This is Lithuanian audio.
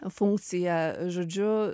funkciją žodžiu